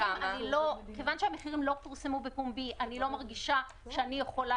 מכיוון שהמחירים לא פורסמו בפומבי אני לא מרגישה שאני יכולה